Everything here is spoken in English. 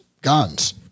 guns